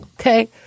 okay